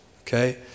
okay